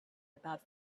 about